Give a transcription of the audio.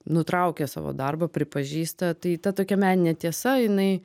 nutraukia savo darbą pripažįsta tai ta tokia meninė tiesa jinai